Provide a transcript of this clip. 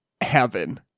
heaven